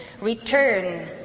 Return